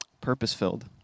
purpose-filled